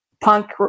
punk